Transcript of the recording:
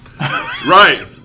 Right